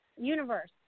Universe